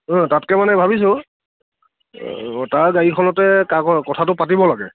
অঁ তাতকৈ মানে ভাবিছোঁ তাৰ গাড়ীখনতে কথাটো পাতিব লাগে